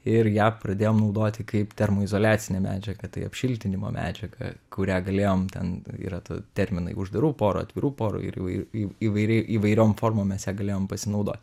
ir ją pradėjom naudoti kaip termoizoliacinę medžiagą tai apšiltinimo medžiagą kurią galėjom ten yra ta terminai uždarų porų atvirų porų ir įvai į įvairiai įvairiom formom mes ja galėjom pasinaudot